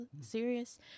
serious